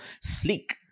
sleek